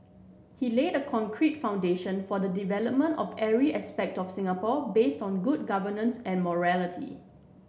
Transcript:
he laid a concrete foundation for the development of every aspect of Singapore base on good governance and morality